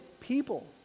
people